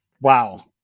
wow